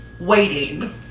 waiting